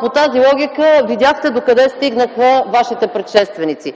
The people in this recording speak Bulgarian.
по тази логика видяхте докъде стигнаха Вашите предшественици.